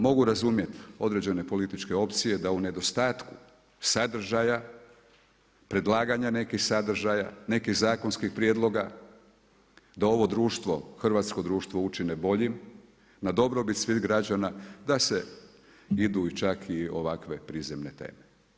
Mogu razumjeti određene političke opcije da u nedostatku sadržaja, predlaganja nekih sadržaja, nekih zakonskih prijedloga, da ovo društvo, hrvatsko društvo učine boljim na dobrobit svih građana, da se idu i čak ovakve prizemne teme.